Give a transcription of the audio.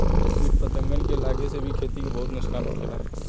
किट पतंगन के लागे से भी खेती के बहुत नुक्सान होखेला